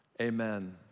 amen